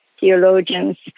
theologians